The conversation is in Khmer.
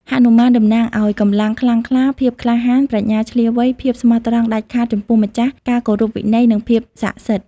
ហនុមានតំណាងឱ្យ កម្លាំងខ្លាំងក្លា ភាពក្លាហាន ប្រាជ្ញាឈ្លាសវៃ ភាពស្មោះត្រង់ដាច់ខាតចំពោះម្ចាស់ ការគោរពវិន័យ និងភាពស័ក្ដិសិទ្ធិ ។